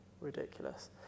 ridiculous